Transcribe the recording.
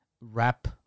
wrap